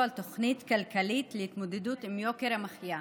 על תוכנית כלכלית להתמודדות עם יוקר המחיה.